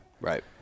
Right